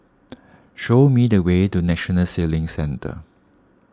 show me the way to National Sailing Centre